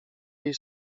jej